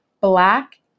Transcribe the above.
Black